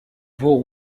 vaux